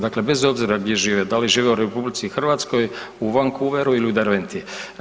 Dakle, bez obzira gdje žive, da li žive u RH, u Vancouveru ili u Derventi.